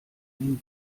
den